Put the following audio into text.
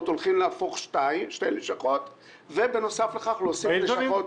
עושים שתי לשכות ובנוסף לכך להוסיף עוד לשכות.